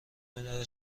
میدهد